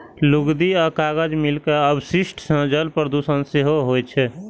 लुगदी आ कागज मिल के अवशिष्ट सं जल प्रदूषण सेहो होइ छै